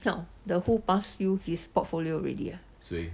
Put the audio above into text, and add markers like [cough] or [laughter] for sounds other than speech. [noise] the who pass you his portfolio already ah